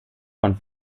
von